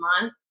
month